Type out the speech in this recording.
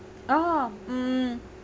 oh mm